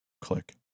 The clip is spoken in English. click